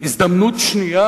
הזדמנות שנייה,